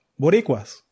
Boricuas